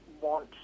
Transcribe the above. want